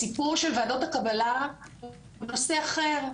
הסיפור של ועדות הקבלה הוא נושא אחר.